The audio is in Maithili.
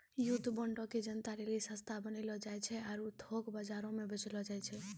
युद्ध बांडो के जनता लेली सस्ता बनैलो जाय छै आरु थोक बजारो मे बेचलो जाय छै